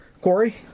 Corey